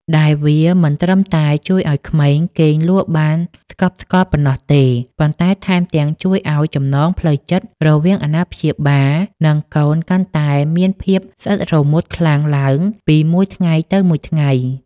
ដែលវាមិនត្រឹមតែជួយឱ្យក្មេងគេងលក់បានស្កប់ស្កល់ប៉ុណ្ណោះទេ ប៉ុន្តែថែមទាំងជួយឱ្យចំណងផ្លូវចិត្តរវាងអាណាព្យាបាល និងកូនកាន់តែមានភាពស្អិតរមួតខ្លាំងឡើងពីមួយថ្ងៃទៅមួយថ្ងៃ។